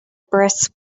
brisk